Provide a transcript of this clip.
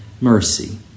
mercy